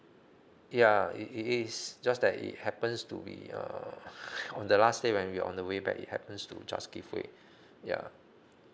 ya it is just that it happens to be uh on the last day when we on the way back it happens to just give way ya